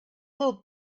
dut